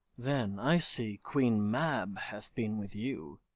then, i see queen mab hath been with you.